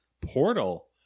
Portal